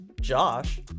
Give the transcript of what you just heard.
Josh